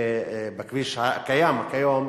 בכביש הקיים כיום